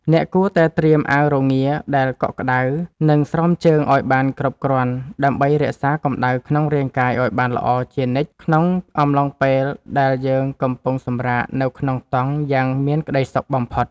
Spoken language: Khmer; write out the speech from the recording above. អ្នកគួរតែត្រៀមអាវរងាដែលកក់ក្ដៅ និង ស្រោមជើងឱ្យបានគ្រប់គ្រាន់ដើម្បីរក្សាកម្ដៅក្នុងរាងកាយឱ្យបានល្អជានិច្ចក្នុងអំឡុងពេលដែលយើងកំពុងសម្រាកនៅក្នុងតង់យ៉ាងមានក្តីសុខបំផុត។